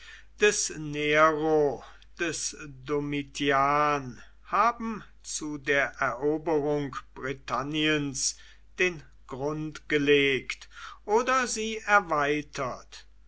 des nero des domitian haben zu der eroberung britanniens den grund gelegt oder sie erweitert